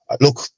look